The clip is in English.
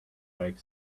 like